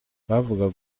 bavugaga